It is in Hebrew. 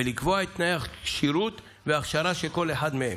ולקבוע את תנאי הכשירות וההכשרה של כל אחד מהם.